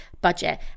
budget